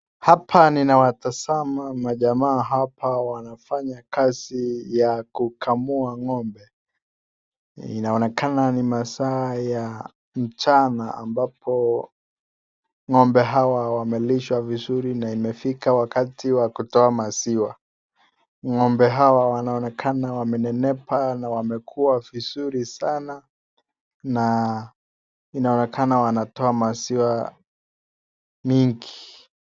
Hapa ninawatazama majamaa hapa na wanafanya kazi ya kukamua ngombe inaonekana ni masaa ya mchana ambapo ngombe hawa wamelishwa vizuri na imefika wakati wa kutoa maziwa. Ngombe hawa wanaonekana wamenenepa na wamekuwa vizuri sana, na inaonekana wanatoa maziwa mingi.